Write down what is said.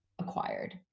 acquired